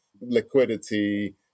liquidity